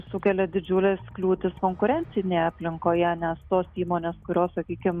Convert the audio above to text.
sukelia didžiules kliūtis konkurencinėje aplinkoje nes tos įmonės kurios sakykim